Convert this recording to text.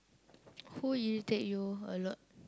who irritate you a lot